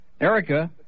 Erica